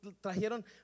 trajeron